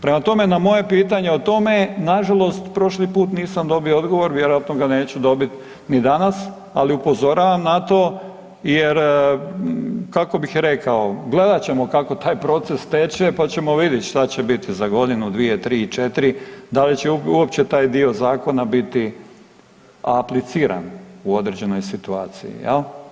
Prema tome, na moje pitanje o tome nažalost prošli put nisam dobio odgovor, vjerojatno ga neću dobit ni danas, ali upozoravam na to jer kako bih rekao gledat ćemo kako taj proces teče, pa ćemo vidit šta će biti za godinu, dvije, tri, četiri, da li će uopće taj dio zakona biti apliciran u određenoj situaciji, jel.